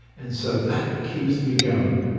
and so that keeps me going.